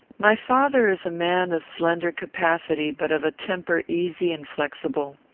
my father is a man of slender capacity, but of a temper easy and flexible.